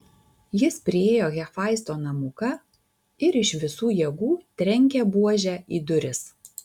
jis priėjo hefaisto namuką ir iš visų jėgų trenkė buože į duris